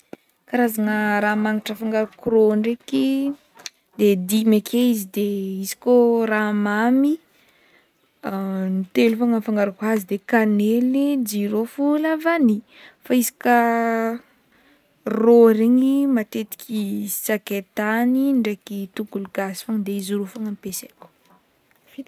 Karazagna raha magnitry afangaroko ro ndraiky, dimy ake izy, izy koa raha mamy, telo fogna afangaroko azy, de canely, jirofo, lavanille, fa izy ka ro regny matetiky sakaitany ndraiky tongolo gasy fogna de izy roa fogno ampiasaiko.